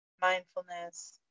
mindfulness